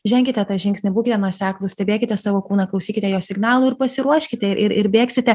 ženkite tą žingsnį būkite nuoseklūs stebėkite savo kūną klausykite jo signalų ir pasiruoškite ir ir ir bėgsite